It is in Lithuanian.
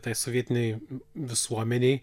tai sovietinei visuomenei